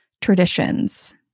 traditions